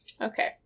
Okay